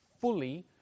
fully